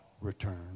return